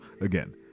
again